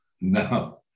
No